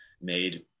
made